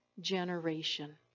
generation